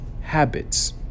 habits